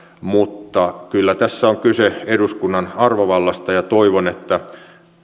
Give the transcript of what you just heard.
mutta kyllä tässä on kyse eduskunnan arvovallasta ja toivon että